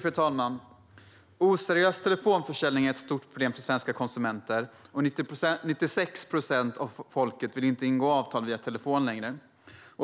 Fru talman! Oseriös telefonförsäljning är ett stort problem för svenska konsumenter, och 96 procent av folket vill inte längre ingå avtal via telefon.